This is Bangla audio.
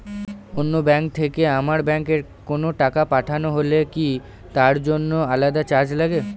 অন্য ব্যাংক থেকে আমার ব্যাংকে কোনো টাকা পাঠানো হলে কি তার জন্য আলাদা চার্জ লাগে?